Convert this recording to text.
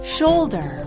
Shoulder